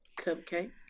Cupcake